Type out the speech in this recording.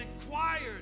inquired